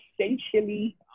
Essentially